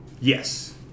Yes